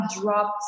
dropped